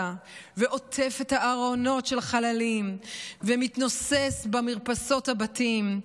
ועוטף את הארונות של החללים ומתנוסס במרפסות הבתים,